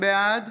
בעד